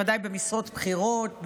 בוודאי במשרות בכירות,